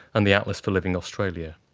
and the atlas for living australia.